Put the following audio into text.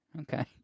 okay